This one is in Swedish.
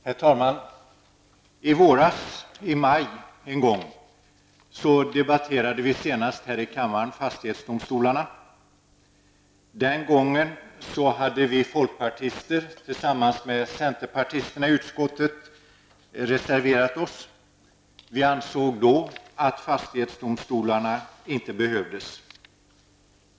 Herr talman! I våras, närmare bestämt i maj, debatterade vi senast här i kammaren fastighetsdomstolarna. Den gången hade vi folkpartister tillsammans med centerpartisterna i utskottet reserverat oss. Vi ansåg att fastighetsdomstolarna inte behövdes.